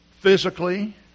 physically